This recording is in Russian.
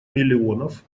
миллионов